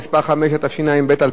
התשע"ב 2012,